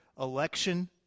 election